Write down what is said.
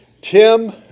Tim